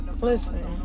Listen